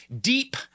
deep